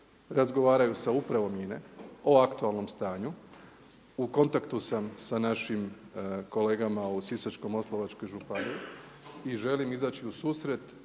razgovaraju sa upravom INA-e o aktualnom stanju. U kontaktu sam sa našim kolegama u Sisačko-moslavačkoj županiji i želim izaći u susret